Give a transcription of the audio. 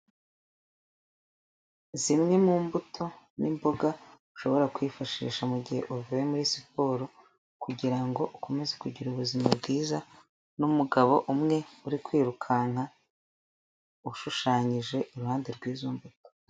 Zimwe mu mbuto n'imboga ushobora kwifashisha mu gihe uvuye muri siporo kugirango ukomeze kugira ubuzima bwiza n'umugabo umwe uri kwirukanka ushushanyije iruhande rw'izo mbuto.